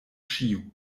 ĉiu